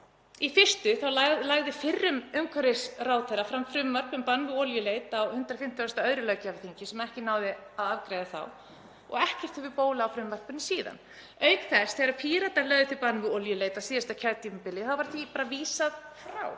Í fyrstu lagði fyrrum umhverfisráðherra fram frumvarp um bann við olíuleit á 152. löggjafarþingi sem ekki náðist að afgreiða þá og ekkert hefur bólað á frumvarpinu síðan. Auk þess þegar Píratar lögðu til bann við olíuleit á síðasta kjörtímabili var því máli bara vísað frá,